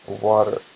water